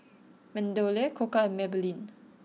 MeadowLea Koka and Maybelline